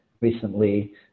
recently